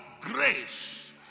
grace